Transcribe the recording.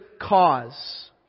cause